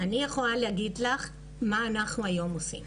אני יכולה להגיד לך מה אנחנו היום עושים